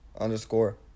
underscore